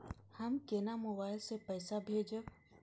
हम केना मोबाइल से पैसा भेजब?